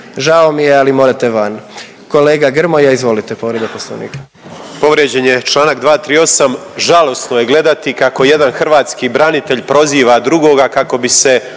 Žao mi je, ali morate van. Kolega Grmoja, izvolite, povreda Poslovnika.